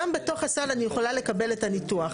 גם בתוך הסל אני יכולה לקבל את הניתוח.